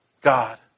God